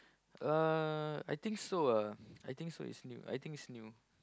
uh I think so ah I think so it's new I think it's new